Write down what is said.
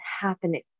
happening